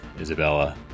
Isabella